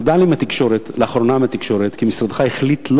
נודע לי לאחרונה מהתקשורת כי משרדך החליט שלא